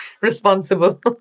responsible